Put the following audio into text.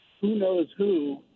who-knows-who